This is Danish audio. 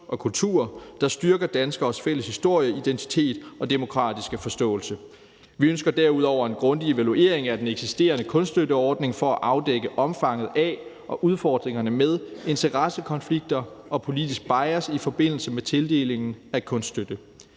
og kultur, der styrker danskeres fælles historie, identitet og demokratiske forståelse. Vi ønsker derudover en grundig evaluering af den eksisterende kunststøtteordning for at afdække omfanget af og udfordringerne med interessekonflikter og politisk bias i forbindelse med tildelingen af kunststøtte.